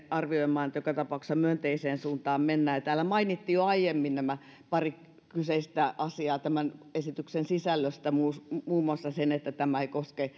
arvioimaan niin että joka tapauksessa myönteiseen suuntaan mennään täällä mainittiin jo aiemmin nämä pari kyseistä asiaa tämän esityksen sisällöstä muun muun muassa se että tämä ei koske